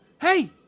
hey